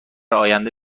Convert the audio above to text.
آینده